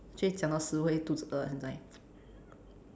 就会讲到食味肚子饿现在